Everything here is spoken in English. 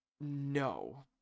No